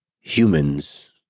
humans